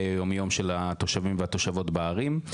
היום יום של התושבים ושל התושבות בערים.